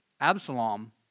Absalom